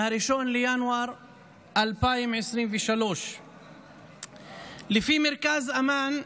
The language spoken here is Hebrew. מ-1 בינואר 2023. לפי מרכז אמאן,